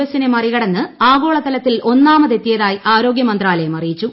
എസിനെ മറികടന്ന് ആഗോളതലത്തിൽ ഒന്നാമതെത്തിയതായി ആരോഗ്യ മന്ത്രാലയം അറിയിച്ചു